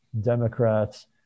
democrats